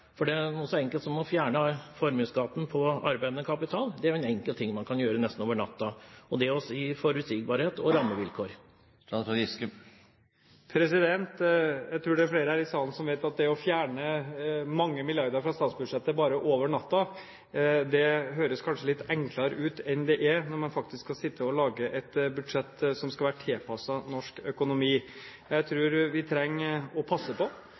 så enkelt som å fjerne formuesskatten på arbeidende kapital, er en enkel ting man kan gjøre nesten over natta, og det vil gi forutsigbare rammevilkår. Jeg tror det er flere her i salen som vet at det å fjerne mange milliarder fra statsbudsjettet bare over natta, kanskje høres litt enklere ut enn det er når man faktisk skal sitte og lage et budsjett som skal være tilpasset norsk økonomi. Jeg tror vi trenger å passe på